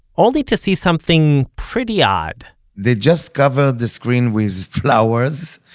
only to see something pretty odd they just covered the screen with flowers,